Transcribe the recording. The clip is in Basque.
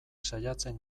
saiatzen